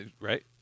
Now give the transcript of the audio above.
right